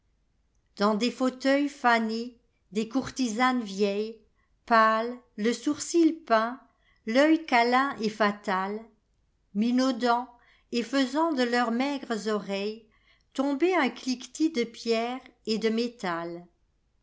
dans des fauteuils fanés des courtisanes vieilles pâles le sourcil peint l'œil câlin et fatal minaudant et faisant de leurs maigres oreillestomber un cliquetis de pierre et de métal